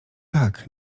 tak